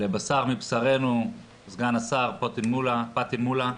לבשר מבשרנו סגן השר פטין מולא,